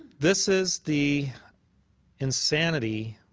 this is the insanity